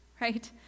right